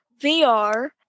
VR